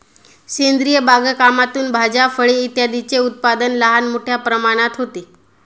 सेंद्रिय बागकामातून भाज्या, फळे इत्यादींचे उत्पादन लहान मोठ्या प्रमाणात होते